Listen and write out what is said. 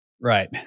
Right